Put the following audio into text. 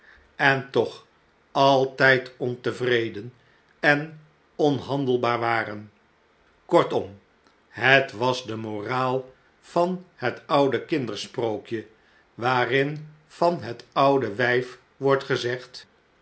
en toch altijd ontevreden en onhandelbaar waren kortom het was de moraal van het oude kindersprookje waarin van het oude wijf wordt gezegd